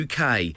UK